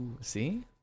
See